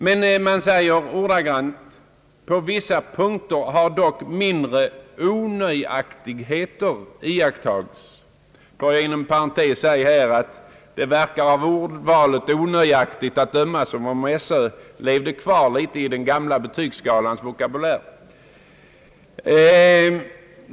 Men man säger ordagrant: »På vissa punkter har dock mindre onöjaktigheter iakttagits.» Får jag inom parentes här säga, att det av ordvalet »onöjaktigheter» verkar som om Sö levde kvar litet i den gamla betygsskalans vokabulär!